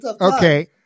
Okay